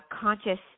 conscious